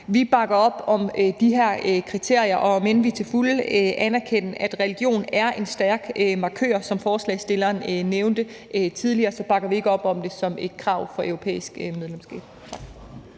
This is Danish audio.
Vi bakker op om de her kriterier. Og om end vi til fulde anerkender, at religion er en stærk markør, som ordføreren for forslagsstillerne nævnte tidligere, så bakker vi ikke op om at have krav vedrørende religion